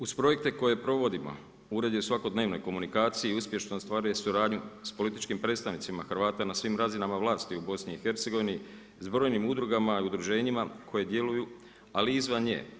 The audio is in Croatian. Uz projekte koje provodimo, ured je u svakodnevnoj komunikaciji i uspješno ostvaruje suradnju sa političkim prestancima Hrvata na svim razinama vlasti u BIH s brojnim udrugama i udruženjima koje djeluje, ali i izvan nje.